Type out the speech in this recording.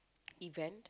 event